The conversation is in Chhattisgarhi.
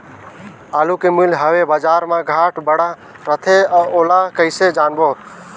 आलू के मूल्य हवे बजार मा घाट बढ़ा रथे ओला कइसे जानबो?